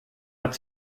hat